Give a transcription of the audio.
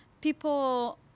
people